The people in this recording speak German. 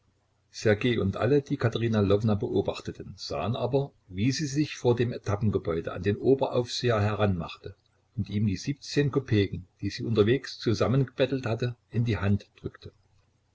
und alle die katerina lwowna beobachteten sahen aber wie sie sich vor dem etappengebäude an den oberaufseher heranmachte und ihm die siebzehn kopeken die sie unterwegs zusammengebettelt hatte in die hand drückte